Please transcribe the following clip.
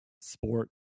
sport